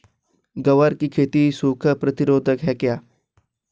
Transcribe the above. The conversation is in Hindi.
ग्वार की खेती सूखा प्रतीरोधक है क्या?